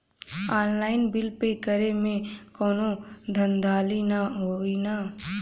Online bill pay करे में कौनो धांधली ना होई ना?